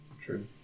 True